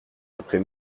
après